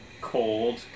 cold